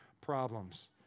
problems